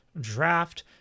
draft